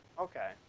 Okay